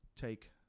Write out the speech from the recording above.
take